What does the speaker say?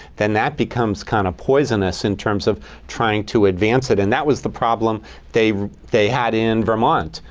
then that becomes kind of poisonous in terms of trying to advance it. and that was the problem they they had in vermont.